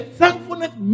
thankfulness